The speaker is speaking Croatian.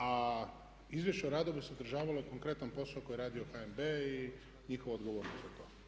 A izvješće o radu bi sadržavalo konkretan posao koji je radio HNB i njihova odgovornost za to.